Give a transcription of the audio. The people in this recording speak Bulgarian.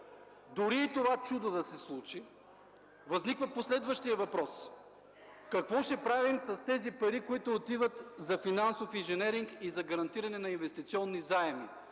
Дори това чудо да се случи, възниква последващият въпрос: какво ще правим с тези пари, които отиват за финансов инженеринг и за гарантиране на инвестиционни заеми?